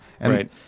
Right